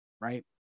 right